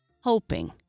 hoping